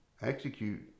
execute